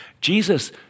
Jesus